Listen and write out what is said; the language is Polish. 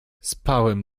spałem